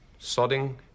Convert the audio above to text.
Sodding